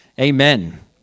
Amen